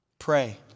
Pray